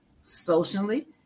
socially